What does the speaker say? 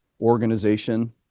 organization